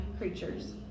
creatures